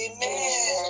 Amen